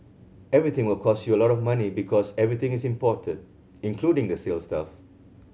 everything will cost you a lot of money because everything is imported including the sales staff